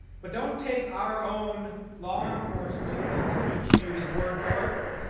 but don't take our own law enforcement and intelligence committees word for it